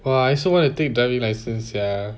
!wah! I also wanna take driving license sia